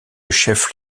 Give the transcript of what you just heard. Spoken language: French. chef